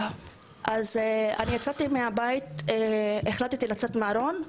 מרגע שיצאתי מהארון,